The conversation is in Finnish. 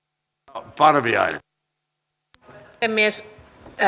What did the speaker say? arvoisa puhemies